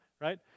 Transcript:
Right